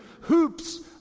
hoops